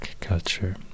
culture